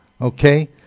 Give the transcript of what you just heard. Okay